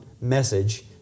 message